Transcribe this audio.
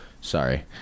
Sorry